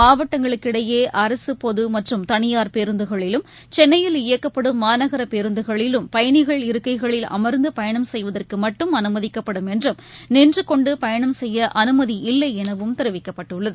மாவட்டங்களுக்கு இடையேஅரசுபொதுமற்றும் தளியார் பேருந்துகளிலும் சென்னையில் இயக்கப்படும் மாநகரபேருந்துகளிலும் பயனிகள் இருக்கைகளில் அமர்ந்துபயனம் செய்வதற்குமட்டும் அனுமதிக்கப்படும் என்றும் நின்றுகொண்டுபயணம் செய்யஅனுமதி இல்லைளனவும் தெரிவிக்கப்பட்டுள்ளது